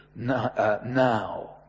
now